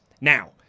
Now